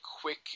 quick